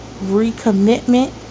recommitment